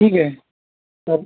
ठीक आहे तर